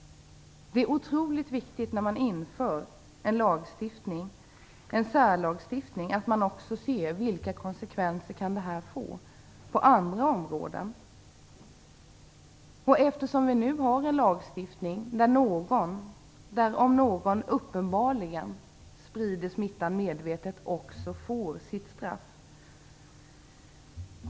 När man inför en särlag är det oerhört viktigt att man också ser vilka konsekvenser det får på andra områden. Vi har ju en lagstiftning på det här området. Den som uppenbarligen medvetet sprider smitta får sitt straff.